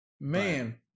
Man